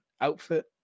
outfit